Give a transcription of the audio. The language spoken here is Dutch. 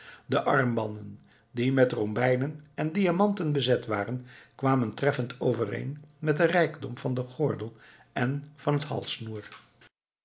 de armbanden die met robijnen en diamanten bezet waren kwamen treffend overeen met den rijkdom van den gordel en van het halssnoer